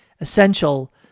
essential